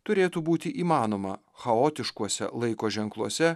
turėtų būti įmanoma chaotiškuose laiko ženkluose